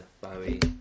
Bowie